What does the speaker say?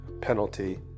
penalty